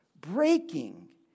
breaking